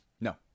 No